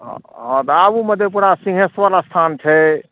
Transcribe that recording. हँ तऽ आबू मधेपुरा सिँहेश्वर अस्थान छै